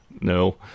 No